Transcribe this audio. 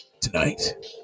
tonight